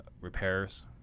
repairs